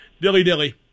Dilly-dilly